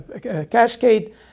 cascade